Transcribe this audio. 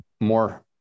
more